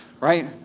Right